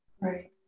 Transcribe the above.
Right